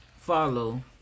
follow